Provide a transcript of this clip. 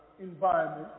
environment